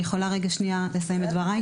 אני יכולה לסיים את דבריי?